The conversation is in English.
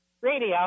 radio